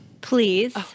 Please